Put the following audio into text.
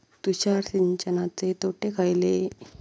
तुषार सिंचनाचे तोटे खयले?